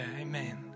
amen